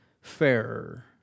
fairer